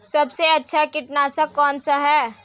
सबसे अच्छा कीटनाशक कौन सा है?